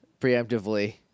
preemptively